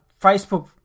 Facebook